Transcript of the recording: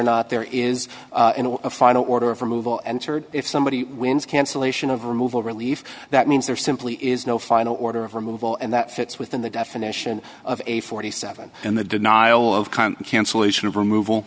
not there is a final order for move all answered if somebody wins cancellation of removal relief that means there simply is no final order of removal and that fits within the definition of a forty seven in the denial of cancellation of removal